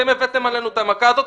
אתם הבאתם עלינו את המכה הזאת,